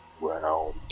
round